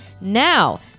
now